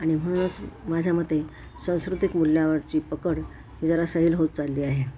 आणि म्हणूनच माझ्या मते सांस्कृतिक मूल्यावरची पकड ही जरा सैल होत चालली आहे